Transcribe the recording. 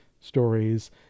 stories